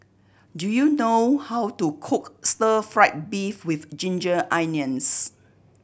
do you know how to cook stir fried beef with ginger onions